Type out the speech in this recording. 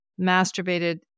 masturbated